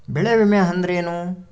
ಬೆಳೆ ವಿಮೆ ಅಂದರೇನು?